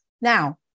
Now